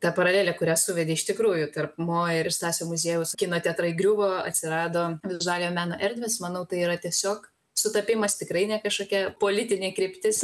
ta paralelė kurią suvedei iš tikrųjų tarp mo ir stasio muziejaus kino teatrai griuvo atsirado vizualiojo meno erdvės manau tai yra tiesiog sutapimas tikrai ne kažkokia politinė kryptis